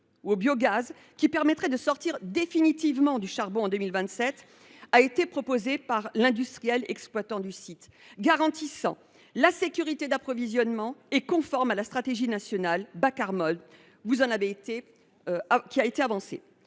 ou au biogaz, qui permettrait de sortir définitivement du charbon en 2027, a été proposé par l’industriel exploitant du site. Ce projet garantit la sécurité d’approvisionnement et est conforme à la stratégie nationale bas carbone ; il vous